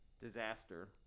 disaster